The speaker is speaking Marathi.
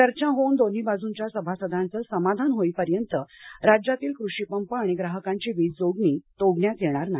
चर्चा होऊन दोन्ही बाजूंच्या सभासदांचे समाधान होईपर्यंत राज्यातील कृषीपंप आणि ग्राहकांची वीज जोडणी तोडण्यात येणार नाही